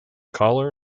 caller